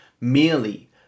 merely